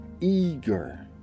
eager